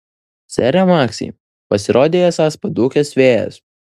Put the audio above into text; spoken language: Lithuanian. sere maksai pasirodei esąs padūkęs vėjas